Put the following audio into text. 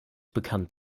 bekannt